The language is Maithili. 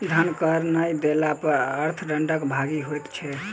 धन कर नै देला पर अर्थ दंडक भागी होइत छै